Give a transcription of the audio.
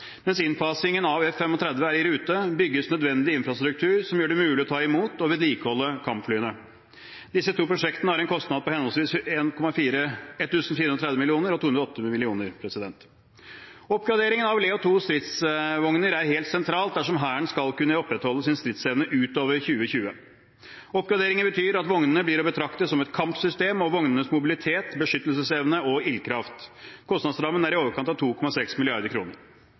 Mens innfasingen av F-35 er i rute, bygges nødvendig infrastruktur som gjør det mulig å ta imot og vedlikeholde kampflyene. Disse to prosjektene har en kostnad på henholdsvis 1 430 mill. kr og 288 mill. kr. Oppgradering av Leopard 2 stridsvogner er helt sentralt dersom Hæren skal kunne opprettholde sin stridsevne utover 2020. Oppgraderingen betyr at vognene blir å betrakte som et kampsystem gjennom en kombinasjon av vognenes mobilitet, beskyttelsesevne og ildkraft. Kostnadsrammen er i overkant av 2,6